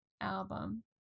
album